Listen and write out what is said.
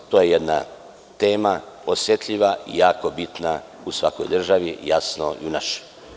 To je jedna tema osetljiva i jako bitna u svakoj državi, jasno i u našoj.